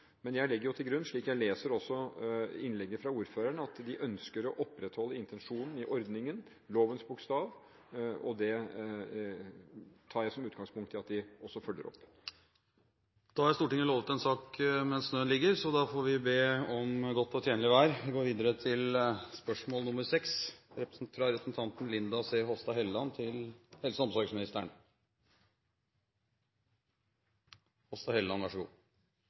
Men jeg legger til grunn, slik jeg også leser innlegget fra ordføreren, at de ønsker å opprettholde intensjonen i ordningen, lovens bokstav, og det har jeg som utgangspunkt at de også følger opp. Da er Stortinget lovet en sak mens snøen ligger, så da får vi be om godt og tjenlig vær! Vi går videre til spørsmål